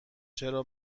چرا